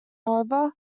however